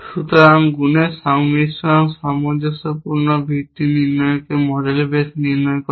সুতরাং গুণের সংমিশ্রণ সামঞ্জস্যপূর্ণ ভিত্তি নির্ণয়কে মডেল বেস নির্ণয় বলা হয়